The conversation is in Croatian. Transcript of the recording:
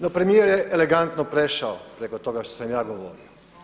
No premijer je elegantno prešao preko toga što sam ja govorio.